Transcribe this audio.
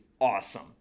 awesome